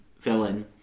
villain